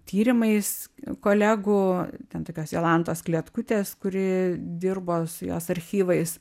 tyrimais kolegų ten tokios jolantos klietkutės kuri dirbo su jos archyvais